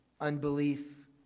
unbelief